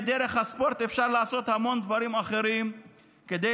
דרך הספורט אפשר לעשות המון דברים אחרים כדי